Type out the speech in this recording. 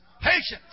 patience